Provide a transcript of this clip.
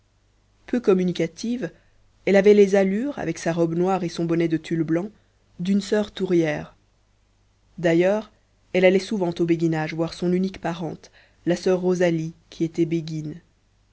peu communicative elle avait les allures avec sa robe noire et son bonnet de tulle blanc d'une soeur tourière d'ailleurs elle allait souvent au béguinage voir son unique parente la soeur rosalie qui était béguine